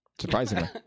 Surprisingly